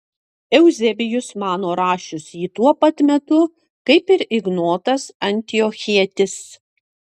euzebijus mano rašius jį tuo pat metu kaip ir ignotas antiochietis